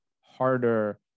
harder